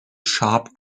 sharp